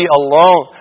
alone